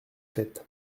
faite